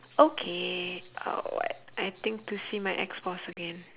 okay uh what I think to see my ex-boss again